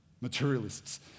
materialists